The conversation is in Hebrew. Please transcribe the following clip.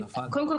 קודם כל,